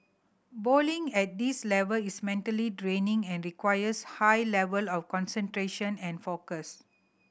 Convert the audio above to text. bowling at this level is mentally draining and requires high level of concentration and focus